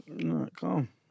come